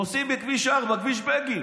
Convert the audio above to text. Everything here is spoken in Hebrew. נוסעים בכביש 4, כביש בגין,